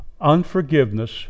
Unforgiveness